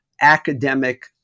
academic